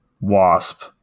wasp